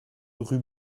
rue